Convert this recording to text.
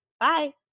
Bye